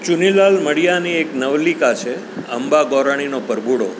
ચુનીલાલ મડિયાની એક નવલિકા છે અંબા ગોરાણીનો પરભુડો